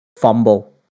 fumble